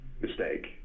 mistake